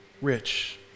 Rich